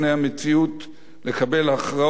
לקבל הכרעות ולבצען,